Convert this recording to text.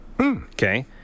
Okay